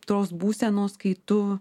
tos būsenos kai tu